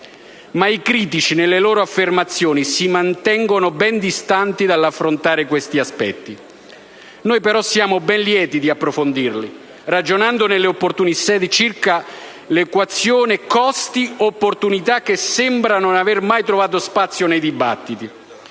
Ma i critici, nelle loro affermazioni, si mantengono ben distanti dall'affrontare questi aspetti. Noi, però, siamo ben lieti di approfondirli, ragionando nelle opportune sedi circa l'equazione costi-opportunità, che sembra non aver mai trovato spazio nei dibattiti.